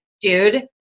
dude